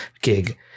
gig